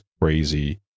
crazy